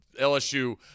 LSU